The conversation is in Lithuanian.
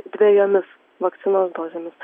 dvejomis vakcinos dozėmis